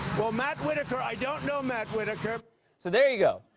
well, matt whitaker, i don't know matt whitaker. so there you go.